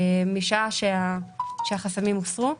משעה שהחסמים הוסרו,